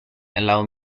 allow